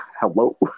Hello